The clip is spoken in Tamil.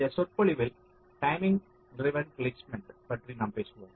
இந்த சொற்பொழிவில் டைமிங் டிரைவன் பிளேஸ்மென்ட் பற்றி நாம் பேசுவோம்